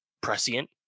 prescient